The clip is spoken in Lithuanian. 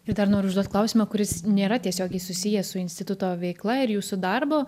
ir dar noriu užduot klausimą kuris nėra tiesiogiai susijęs su instituto veikla ir jūsų darbu